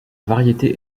variété